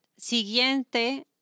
siguiente